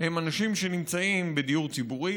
הם אנשים שנמצאים בדיור ציבורי,